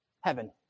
heaven